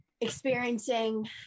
experiencing